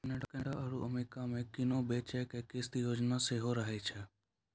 Canada आरु America मे किनै बेचै के किस्त योजना सेहो कहै छै